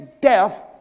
death